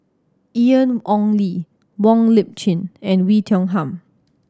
Ian Ong Li Wong Lip Chin and Oei Tiong Ham